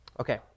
Okay